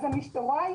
המשטרה,